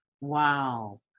Wow